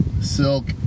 Silk